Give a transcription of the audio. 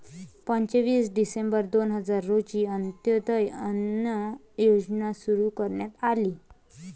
पंचवीस डिसेंबर दोन हजार रोजी अंत्योदय अन्न योजना सुरू करण्यात आली